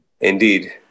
indeed